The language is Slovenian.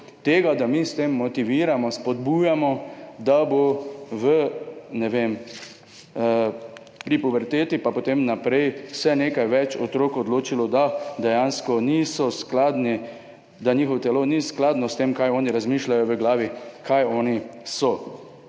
tega, da mi s tem motiviramo, spodbujamo, da se bo pri puberteti in potem naprej nekaj več otrok odločilo, da dejansko niso skladni, da njihovo telo ni skladno s tem, kaj oni razmišljajo v glavi, kaj oni so.